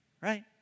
right